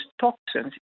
toxins